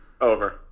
Over